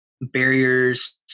barriers